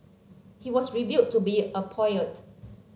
he was revealed to be a poet